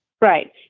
Right